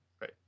Right